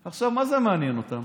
עכשיו, מה זה מעניין אותם?